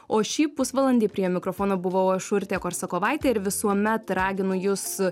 o šį pusvalandį prie mikrofono buvau aš urtė korsakovaitė ir visuomet raginu jus